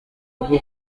rwo